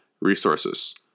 resources